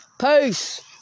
Peace